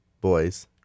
boys